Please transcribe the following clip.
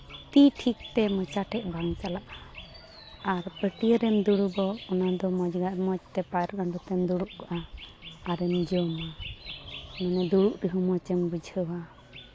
ᱛᱤ ᱴᱷᱤᱠ ᱛᱮ ᱢᱚᱪᱟ ᱴᱷᱮᱡ ᱵᱟᱝ ᱪᱟᱞᱟᱜᱼᱟ ᱟᱨ ᱯᱟᱹᱴᱭᱟᱹ ᱨᱮᱢ ᱫᱩᱲᱩᱵᱚᱜ ᱚᱱᱟᱫᱚ ᱢᱚᱡᱽ ᱜᱮ ᱢᱚᱡᱽ ᱛᱮ ᱯᱟᱴᱜᱟᱸᱰᱚ ᱛᱮᱢ ᱫᱩᱲᱩᱵ ᱠᱚᱜᱼᱟ ᱟᱨᱮᱢ ᱡᱚᱢᱟ ᱫᱩᱲᱩᱵ ᱛᱮᱦᱚᱸ ᱢᱚᱡᱮᱢ ᱵᱩᱡᱷᱟᱹᱣᱟ